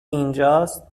اینجاست